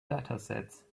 datasets